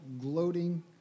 gloating